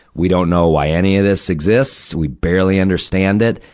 we don't know why any of this exists. we barely understand it.